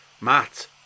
Matt